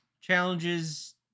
challenges